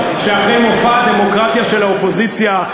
שאחרי מופע הדמוקרטיה של האופוזיציה,